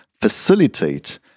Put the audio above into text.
facilitate